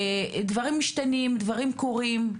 דברים משתנים, דברים קורים,